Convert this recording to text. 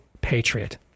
Patriot